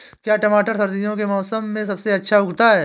क्या टमाटर सर्दियों के मौसम में सबसे अच्छा उगता है?